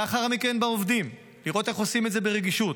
לאחר מכן בעובדים, לראות איך עושים את זה ברגישות,